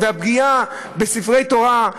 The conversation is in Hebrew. והפגיעה בספרי תורה,